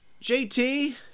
JT